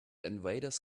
invaders